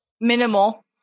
Minimal